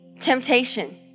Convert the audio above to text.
temptation